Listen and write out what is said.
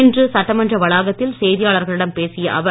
இன்று சட்டமன்ற வளாகத்தில் செய்தியாளர்களிடம் பேசிய அவர்